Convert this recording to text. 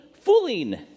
fooling